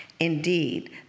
Indeed